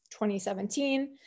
2017